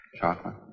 Chocolate